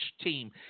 team